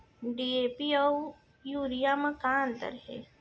DAP अऊ urea म का अंतर हे?